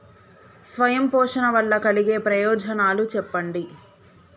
స్వయం పోషణ వల్ల కలిగే ప్రయోజనాలు చెప్పండి?